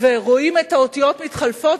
ורואים את האותיות מתחלפות,